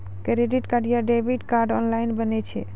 Credit card या debit card online बनै छै?